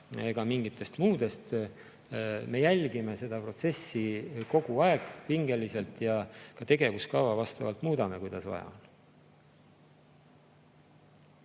ega mingitest muudest. Me jälgime seda protsessi kogu aeg pingeliselt ja ka tegevuskava vastavalt muudame, kuidas vaja on.